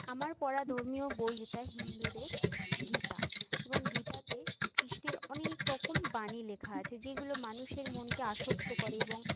আমার পড়া ধর্মীয় বই যেটা হিন্দুদের গীতা এবং গীতাতে কৃষ্ণের অনেক রকম বাণী লেখা আছে যেগুলো মানুষের মনকে আসক্ত করে এবং